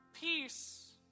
peace